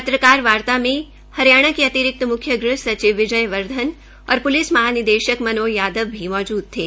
पत्रकारवार्ता में हरियाणा के अतिरिक्त मुख्य गृह सचिव विजय वर्धन और पुलिस महानिदेशक मनोज यादव भी मौजूद थे